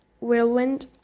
whirlwind